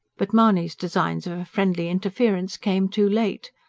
but mahony's designs of a friendly interference came too late.